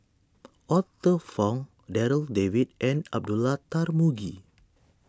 Arthur Fong Darryl David and Abdullah Tarmugi